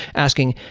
asking,